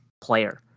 player